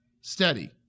steady